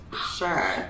Sure